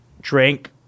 Drink